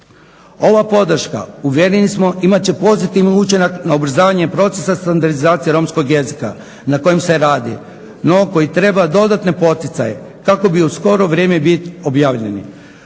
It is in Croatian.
Ova podrška uvjereni smo imat će pozitivni učinak na ubrzavanje procesa standardizacije romskog jezika na kojem se radi, no koji treba dodatne poticaje kako bi u skoro vrijeme bili objavljeni.